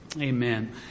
Amen